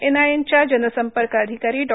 NIN च्या जनसंपर्क अधिकारी डॉ